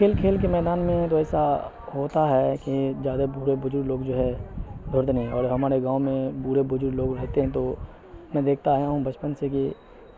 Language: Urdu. کھیل کھیل کے میدان میں تو ایسا ہوتا ہے کے جادہ بوڑھے بجرگ لوگ جو ہے دوڑتے نہیں اور ہمارے گاؤں میں بوڑھے بجرگ لوگ رہتے ہیں تو میں دیکھتا آیا ہوں بچپن سے کے